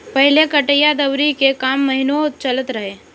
पहिले कटिया दवरी के काम महिनो चलत रहे